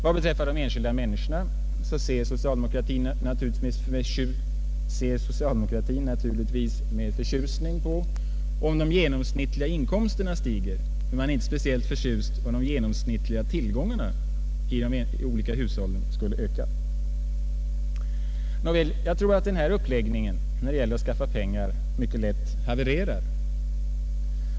Vad beträffar de enskilda människorna ser socialdemokratin naturligtvis med förtjusning om de genomsnittliga inkomsterna stiger, men man är inte speciellt förtjust om de genomsnittliga tillgångarna hos de olika hushållen skulle öka. Jag tror att denna uppläggning när det gäller att skaffa pengar mycket lätt havererar.